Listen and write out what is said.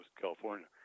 California